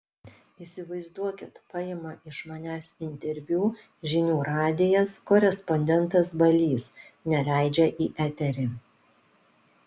įsivaizduokit paima iš manęs interviu žinių radijas korespondentas balys neleidžia į eterį